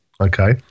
Okay